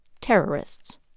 terrorists